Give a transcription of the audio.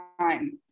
time